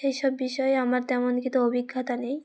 সেই সব বিষয়ে আমার তেমন কিন্তু অভিজ্ঞতা নেই